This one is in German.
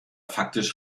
faktisch